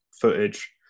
footage